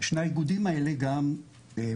שני האיגודים האלה גם בתור